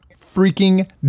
freaking